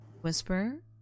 Whisper